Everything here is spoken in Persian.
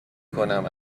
کنم